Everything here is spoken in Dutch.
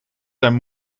zijn